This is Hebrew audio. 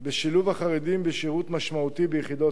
החרדים בשירות משמעותי ביחידות צה"ל